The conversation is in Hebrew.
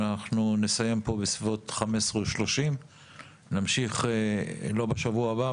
נסיים פה בסביבות 15:30. נמשיך לא בשבוע הבא,